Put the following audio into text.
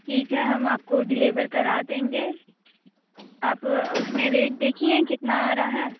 ठीक है हम आपको डिलीवर करा देंगे आप उसमें रेट देखिए कितना आ रहा है